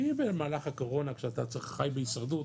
מי במהלך הקורונה כשאתה חי בהישרדות,